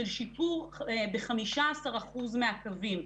של שיפור ב-15% מהקווים,